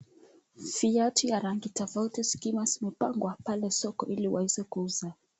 Viatu vya rangi tafauti zikiwa zimepangwa pale soko hili waweze kuuza.